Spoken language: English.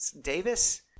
Davis